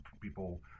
people